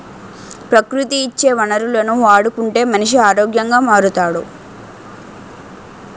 ప్రకృతి ఇచ్చే వనరులను వాడుకుంటే మనిషి ఆరోగ్యంగా మారుతాడు